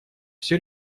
все